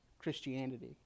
Christianity